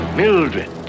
Mildred